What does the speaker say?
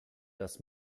das